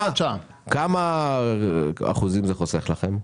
כמה אחוזים זה חוסך לכם?